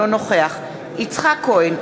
אינו נוכח יצחק כהן,